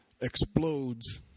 explodes